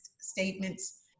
statements